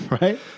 right